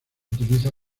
utiliza